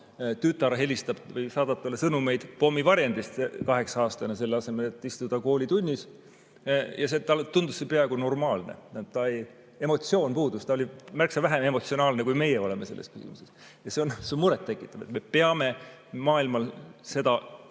tütar helistab või saadab talle sõnumeid pommivarjendist, selle asemel et istuda koolitunnis. Ja see tundus talle peaaegu normaalne. Tal emotsioon puudus, ta oli märksa vähem emotsionaalne, kui meie oleme selles küsimuses. Ja see on muret tekitav. Me peame maailmana seda